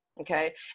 okay